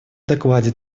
докладе